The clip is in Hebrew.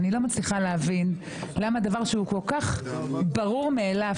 אני לא מצליחה להבין למה דבר שהוא כל-כך ברור מאליו,